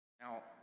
Now